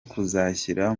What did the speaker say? kuzashyira